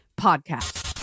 Podcast